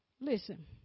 Listen